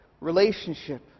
Relationship